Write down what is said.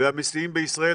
והמסיעים בישראל.